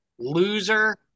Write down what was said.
loser